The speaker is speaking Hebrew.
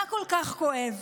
מה כל כך כואב?